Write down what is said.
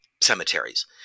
cemeteries